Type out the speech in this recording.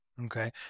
Okay